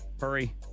Hurry